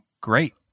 great